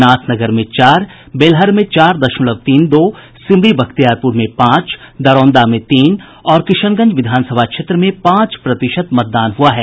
नाथनगर में चार प्रतिशत बेलहर में चार दशमलव तीन दो सिमरी बख्तियारपुर में पांच दरौंदा में तीन और किशनगंज विधानसभा क्षेत्र में पांच प्रतिशत मतदान हुआ है